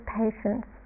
patience